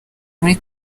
muri